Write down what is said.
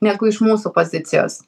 negu iš mūsų pozicijos